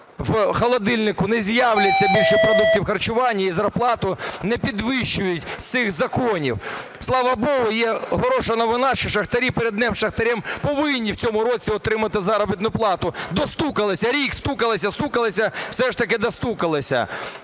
у холодильнику не з'явиться більше продуктів харчування і зарплату не підвищують з цих законів. Слава богу, є хороша новина, що шахтарі перед Днем шахтаря повинні в цьому році отримати заробітну плату. Достукалися! Рік стукалися-стукалися - все ж таки достукалися!